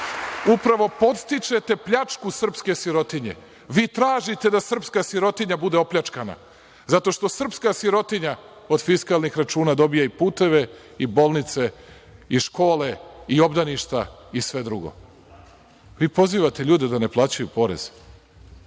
Upravo podstičete pljačku srpske sirotinje, vi tražite da srpska sirotinja bude opljačkana, zato što srpska sirotinja od fiskalnih računa dobija i puteve, i bolnice, i škole, i obdaništa, i sve drugo. Vi pozivate ljude da ne plaćaju porez.